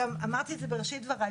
וגם אמרתי את זה בראשית דבריי,